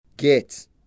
Get